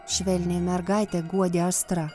švelniai mergaitę guodė astra